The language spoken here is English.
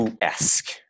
esque